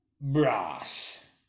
brass